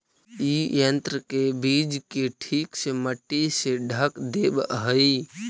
इ यन्त्र बीज के ठीक से मट्टी से ढँक देवऽ हई